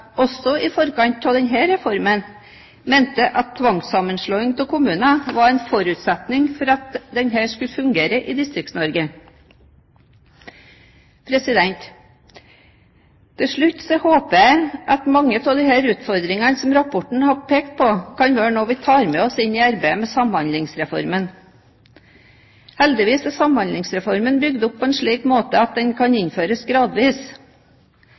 også i forkant av denne reformen mente at tvangssammenslåing av kommuner var en forutsetning for at denne skulle fungere i Distrikts-Norge. Til slutt håper jeg at mange av utfordringene som rapporten har pekt på, kan være noe vi tar med oss inn i arbeidet med Samhandlingsreformen. Heldigvis er Samhandlingsreformen bygget opp på en slik måte at den kan innføres gradvis.